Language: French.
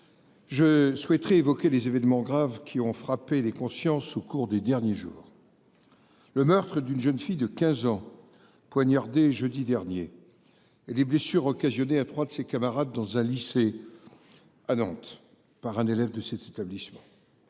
Je souhaiterais évoquer les événements graves qui ont frappé les consciences au cours des derniers jours. Le meurtre d'une jeune fille de 15 ans poignardée jeudi dernier et les blessures occasionnées à trois de ses camarades dans un lycée à Nantes par un élève de cet établissement.